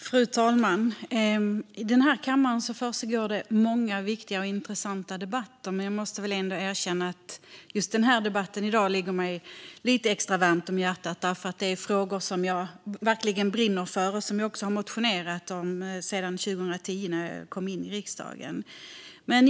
Fru talman! Det försiggår många viktiga och intressanta debatter här i kammaren, men jag måste ändå erkänna att just dagens debatt är en debatt som ligger mig extra varmt om hjärtat. Det är frågor som jag verkligen brinner för och som jag har motionerat om sedan 2010 när jag kom in i riksdagen.